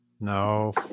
No